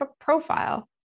profile